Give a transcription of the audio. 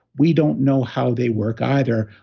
we don't know how they work either,